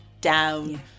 down